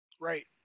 Right